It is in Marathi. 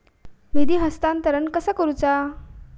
निधी हस्तांतरण कसा करुचा?